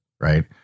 right